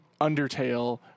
Undertale